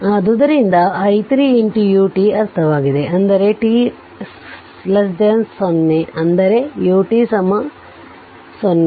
ಆದ್ದರಿಂದ ಇದು i 3 ut ಅರ್ಥವಾಗಿದೆ ಅಂದರೆ t 0 ಅಂದರೆ ut 0